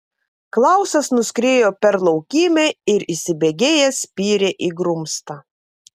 klausas nuskriejo per laukymę ir įsibėgėjęs spyrė į grumstą